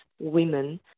women